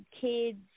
kids